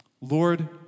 lord